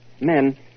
Men